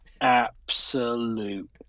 absolute